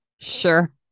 Sure